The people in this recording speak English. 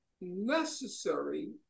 necessary